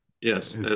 Yes